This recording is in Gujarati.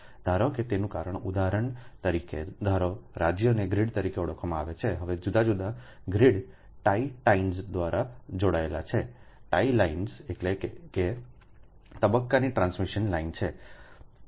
ધારો કે તેનું કારણ ઉદાહરણ તરીકે ધારો રાજ્યને ગ્રીડ તરીકે ઓળખવામાં આવે છે હવે જુદા જુદા ગ્રીડ ટાઇ ટાઇન્સ દ્વારા જોડાયેલા છે ટાઇ લાઇન એટલે તે means તબક્કાની ટ્રાન્સમિશન લાઇન છે